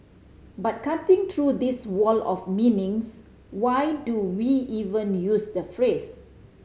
but cutting through this wall of meanings why do we even use the phrase